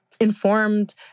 informed